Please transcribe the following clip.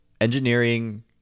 engineering